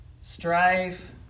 strife